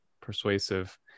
persuasive